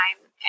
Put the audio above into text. time